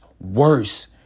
Worse